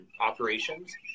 operations